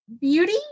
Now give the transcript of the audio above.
beauty